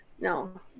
no